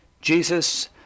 Jesus